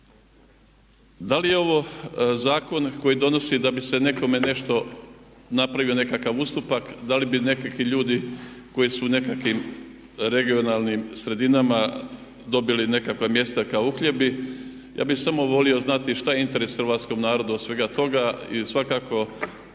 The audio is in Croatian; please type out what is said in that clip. Da li je ovo zakon koji donosi da bi se nekome nešto napravio nekakav ustupak, da li bi nekakvi ljudi koji su u nekakvim regionalnim sredinama dobili nekakva mjesta kao uhljebi, ja bi samo volio znati šta je interes Hrvatskom narodu od svega toga i svakako